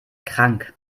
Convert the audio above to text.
krank